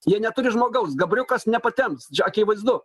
jie neturi žmogaus gabriukas nepatemps akivaizdu